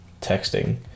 Texting